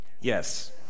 Yes